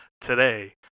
today